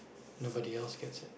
nobody else gets it